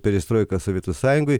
perestroiką sovietų sąjungoj